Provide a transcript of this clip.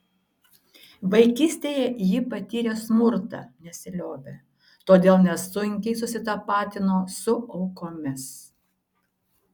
vaikystėje ji patyrė smurtą nesiliovė todėl nesunkiai susitapatino su aukomis